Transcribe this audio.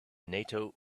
nato